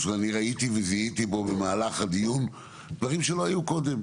זיהיתי פה במהלך הדיון דברים שלא היו קודם.